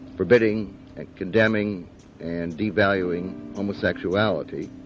forbidding and condemning and devaluing homosexuality.